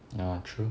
ya true